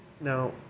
Now